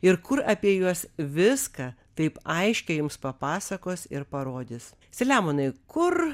ir kur apie juos viską taip aiškiai jums papasakos ir parodys selemonai kur